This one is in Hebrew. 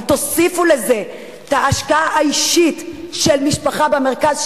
אבל תוסיפו לזה את ההשקעה האישית של משפחה במרכז,